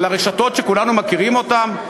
על הרשתות, שכולנו מכירים אותן?